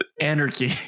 anarchy